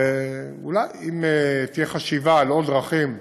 ואולי, אם תהיה חשיבה על עוד דרכים,